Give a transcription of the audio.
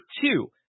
two